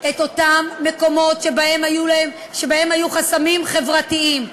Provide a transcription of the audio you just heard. את אותם מקומות שבהם היו חסמים חברתיים,